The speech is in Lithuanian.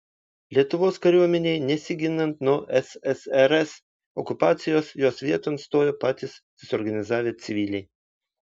lietuvos kariuomenei nesiginant nuo ssrs okupacijos jos vieton stojo patys susiorganizavę civiliai